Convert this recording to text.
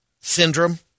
syndrome